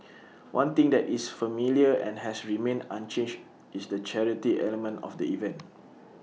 one thing that is familiar and has remained unchanged is the charity element of the event